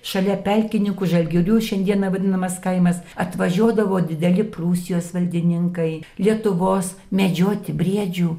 šalia pelkinių žalgirių šiandieną vadinamas kaimas atvažiuodavo dideli prūsijos valdininkai lietuvos medžioti briedžių